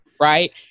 right